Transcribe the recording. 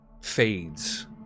fades